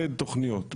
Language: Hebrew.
Z תוכניות,